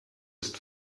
ist